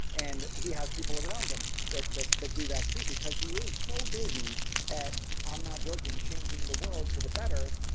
and he has people around him that that do that to, because he is so busy at, i'm not joking changing the world for the better,